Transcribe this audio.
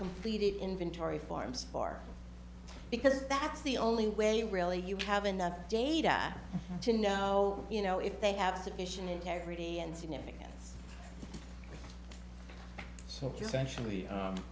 completed inventory farms for because that's the only way really you have enough data to know you know if they have sufficient integrity and significance so if you're